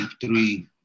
three